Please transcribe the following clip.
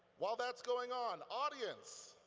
while that's going on, audience,